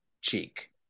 cheek